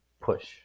push